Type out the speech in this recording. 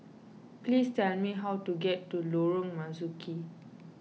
please tell me how to get to Lorong Marzuki